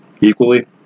equally